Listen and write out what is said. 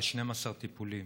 ל-12 טיפולים.